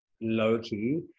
low-key